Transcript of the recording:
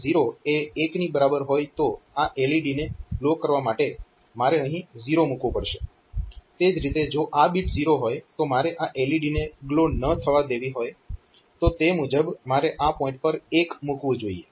0 એ 1 ની બરાબર હોય તો આ LED ને ગ્લો કરવા માટે મારે અહીં 0 મૂકવો પડશે તે જ રીતે જો આ બીટ 0 હોય અને મારે આ LED ને ગ્લો ન થવા દેવી હોય તો તે મુજબ મારે આ પોઇન્ટ પર 1 મૂકવું જોઈએ